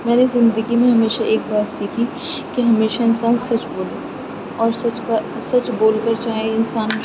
میں نے زندگی میں ہمیشہ ایک بات سیکھی کہ ہمیشہ انسان سچ بولے اور سچ کو سچ بول کر چاہے انسان